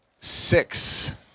six